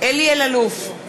אלי אלאלוף,